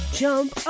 jump